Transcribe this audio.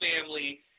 family